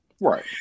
Right